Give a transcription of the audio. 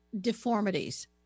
deformities